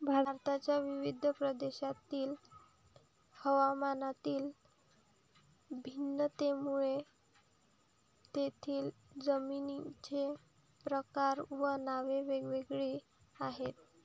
भारताच्या विविध प्रदेशांतील हवामानातील भिन्नतेमुळे तेथील जमिनींचे प्रकार व नावे वेगवेगळी आहेत